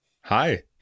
Hi